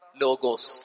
logos